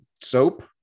soap